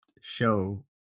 show